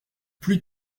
pluie